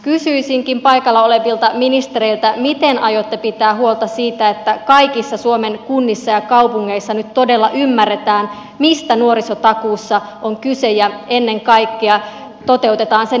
kysyisinkin paikalla olevilta ministereiltä miten aiotte pitää huolta siitä että kaikissa suomen kunnissa ja kaupungeissa nyt todella ymmärretään mistä nuorisotakuussa on kyse ja ennen kaikkea toteutetaan sen velvoitteita käytännössä